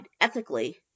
ethically